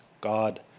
God